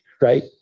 right